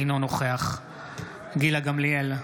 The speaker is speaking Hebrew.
אינו נוכח גילה גמליאל,